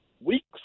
weeks